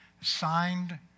signed